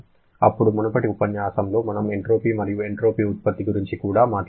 అప్పుడు మునుపటి ఉపన్యాసంలో మనము ఎంట్రోపీ మరియు ఎంట్రోపీ ఉత్పత్తి గురించి కూడా మాట్లాడాము